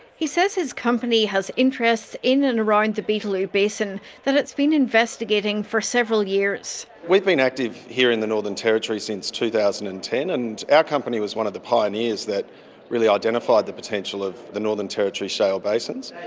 he says his company has interests in and around the beetaloo basin that it's been investigating for several years. we've been active here in the northern territory since two thousand and ten and our company was one of the pioneers that really identified the potential of the northern territory shale basins.